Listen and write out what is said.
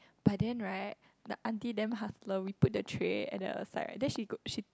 but then right the auntie damn hustler we put the tray at the side right then she go she